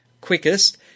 quickest